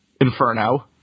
Inferno